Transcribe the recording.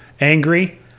angry